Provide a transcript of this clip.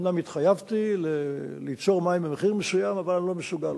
אומנם התחייבתי ליצור מים במחיר מסוים אבל אני לא מסוגל,